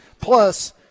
Plus